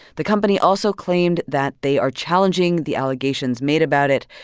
the company also claimed that they are challenging the allegations made about it,